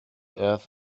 earth